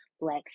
black